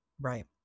Right